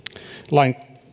lain